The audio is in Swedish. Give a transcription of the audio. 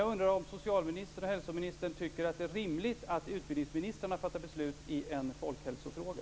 Jag undrar om social och hälsoministern tycker att det är rimligt att utbildningsministrarna fattar beslut i en folkhälsofråga.